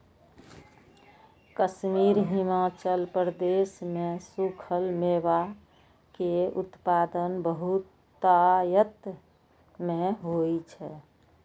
कश्मीर, हिमाचल प्रदेश मे सूखल मेवा के उत्पादन बहुतायत मे होइ छै